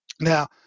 Now